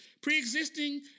Pre-existing